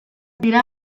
dira